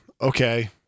okay